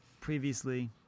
previously